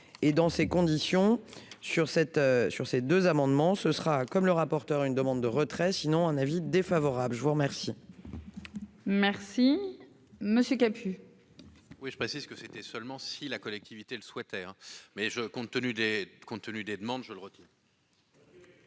et dans ces conditions, sur cette sur ces deux amendements, ce sera comme le rapporteur, une demande de retrait sinon un avis défavorable je vous remercie. Merci monsieur Camus. Oui, je précise que c'était seulement si la collectivité le souhaitait mais je compte tenu des compte tenu des